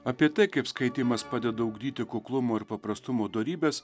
apie tai kaip skaitymas padeda ugdyti kuklumo ir paprastumo dorybes